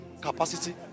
capacity